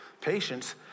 Patience